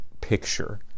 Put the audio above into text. picture